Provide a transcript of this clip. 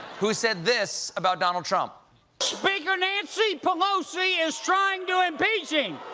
who said this about donald trump speaker nancy pelosi is trying to impeach him.